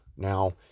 now